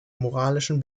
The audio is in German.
moralischen